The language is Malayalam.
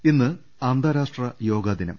എം ഇന്ന് അന്താരാഷ്ട്ര യോഗാ ദിനം